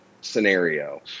scenario